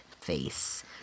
face